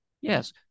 Yes